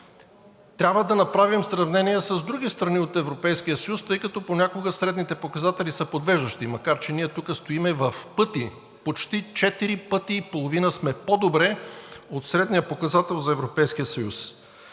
Трябва да направим сравнения с други страни от Европейския съюз, тъй като понякога средните показатели са подвеждащи, макар че ние тук стоим в пъти, почти четири пъти и половина сме по-добре от средния показател за Европейския съюз.